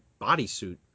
bodysuit